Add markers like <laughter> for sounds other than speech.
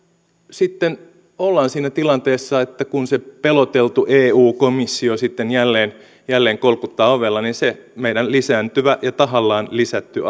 sitten ollaan siinä tilanteessa että kun se peloteltu eu komissio sitten jälleen jälleen kolkuttaa ovella niin se meidän lisääntyvä ja tahallaan lisätty <unintelligible>